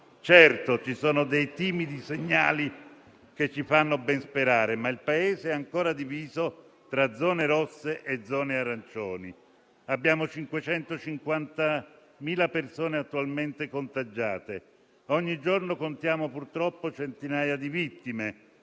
Certo, ci sono dei timidi segnali che ci fanno ben sperare, ma il Paese è ancora diviso tra zone rosse e zone arancioni. Abbiamo 550.000 persone attualmente contagiate e ogni giorno contiamo, purtroppo, centinaia di vittime